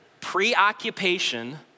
preoccupation